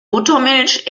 buttermilch